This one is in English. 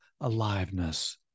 aliveness